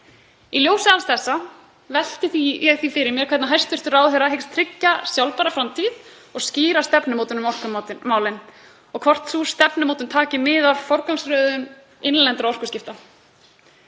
Í ljósi alls þessa velti ég því fyrir mér hvernig hæstv. ráðherra hyggst tryggja sjálfbæra framtíð og skýra stefnumótun um orkumálin og hvort sú stefnumótun taki mið af forgangsröðun innlendra orkuskipta.